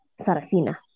Sarafina